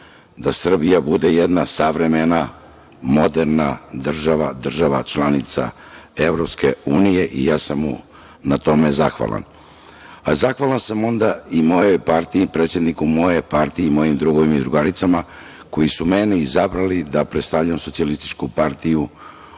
da Srbija bude jedna savremena, moderna država, država članica EU i ja sam mu na tome zahvalan. Zahvalan sam onda i mojoj partiji i predsedniku moje partije i mojim drugovima i drugaricama koji su mene izabrali da predstavljam SPS u ovoj